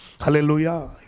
Hallelujah